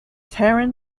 taran